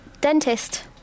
dentist